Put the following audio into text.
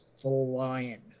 flying